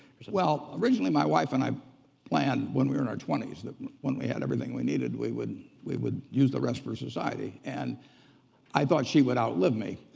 well, originally my wife and i planned when we were in our twenty s that when we had everything we needed, we would we would use the rest for society. and i thought she would outlive me.